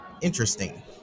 interesting